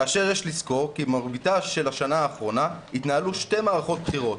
כאשר יש לזכור כי מרביתה של השנה האחרונה התנהלו שתי מערכות בחירות,